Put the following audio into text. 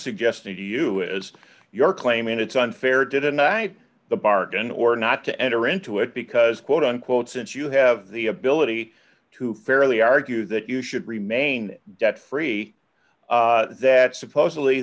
suggesting to you is your claim it's unfair didn't i the bargain or not to enter into it because quote unquote since you have the ability to fairly argue that you should remain debt free that supposedly